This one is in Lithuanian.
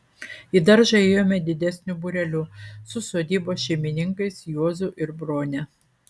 į daržą ėjome didesniu būreliu su sodybos šeimininkais juozu ir brone